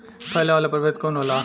फैले वाला प्रभेद कौन होला?